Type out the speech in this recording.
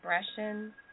expression